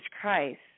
christ